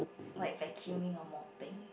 like vacuuming or mopping